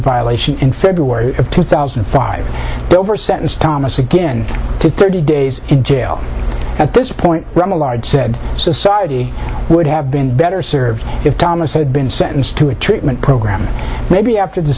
violation in february of two thousand and five sentenced thomas again to thirty days in jail at this point the mullard said society would have been better served if thomas had been sentenced to a treatment program maybe after the